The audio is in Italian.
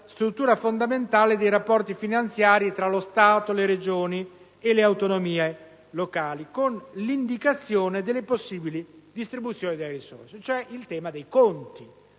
struttura fondamentale dei rapporti finanziari tra lo Stato, le Regioni e le autonomie locali, con l'indicazione delle possibili distribuzioni delle risorse, ossia il tema dei conti.